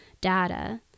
data